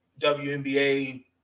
WNBA